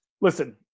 listen